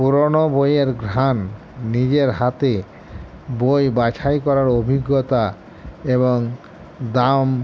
পুরোনো বইয়ের ঘ্রাণ নিজের হাতে বই বাছাই করার অভিজ্ঞতা এবং দাম